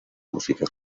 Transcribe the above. música